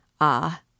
Ah